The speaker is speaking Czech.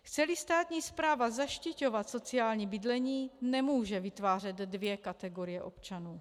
Chceli státní správa zaštiťovat sociální bydlení, nemůže vytvářet dvě kategorie občanů.